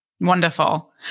Wonderful